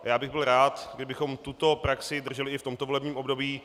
Byl bych rád, kdybychom tuto praxi drželi i v tomto volebním období.